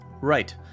Right